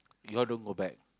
you all don't go back